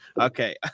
Okay